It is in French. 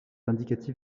indicatif